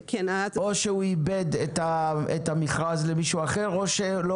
או שהוא איבד את המכרז למישהו אחר או שלא